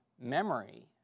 memory